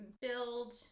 build